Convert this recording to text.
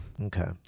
Okay